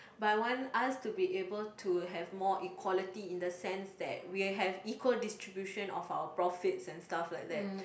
but I want us to be able to have more equality in the sense we'll have equal distribution of our profits and stuff like that